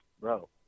bro